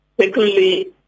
Secondly